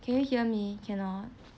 can you hear me cannot